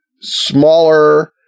smaller